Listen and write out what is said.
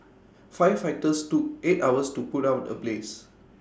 firefighters took eight hours to put out the blaze